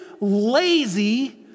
lazy